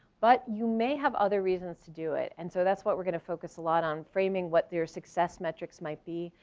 but you may have other reasons to do it. and so that's what we're gonna focus a lot on framing what their success metrics might be,